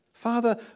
Father